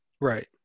Right